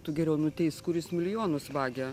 tu geriau nuteisk kuris milijonus vagia